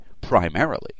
primarily